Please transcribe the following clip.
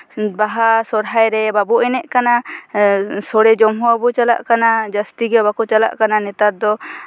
ᱵᱟᱦᱟ ᱥᱚᱦᱨᱟᱭ ᱨᱮ ᱵᱟᱵᱚ ᱮᱱᱮᱡ ᱠᱟᱱᱟ ᱥᱳᱲᱮ ᱡᱚᱢ ᱦᱚᱸ ᱵᱟᱵᱚ ᱪᱟᱞᱟᱜ ᱠᱟᱱᱟ ᱡᱟᱹᱥᱛᱤ ᱜᱮ ᱵᱟᱠᱚ ᱪᱟᱞᱟᱜ ᱠᱟᱱᱟ ᱱᱮᱛᱟᱨ ᱫᱚ